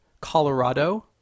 Colorado